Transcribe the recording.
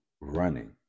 running